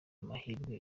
amahirwe